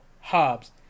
Hobbs